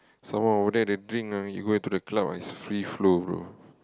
some more over there they drink ah you go to the club it's free flow bro